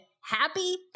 happy